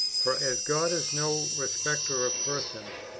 for as god is no respecter of persons.